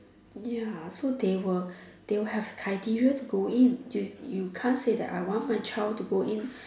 ya so they will they will have criteria to go in you you can't say that I want my child to go in